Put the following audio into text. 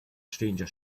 stranger